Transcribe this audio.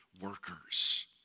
workers